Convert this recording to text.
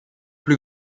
plus